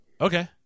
Okay